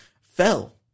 fell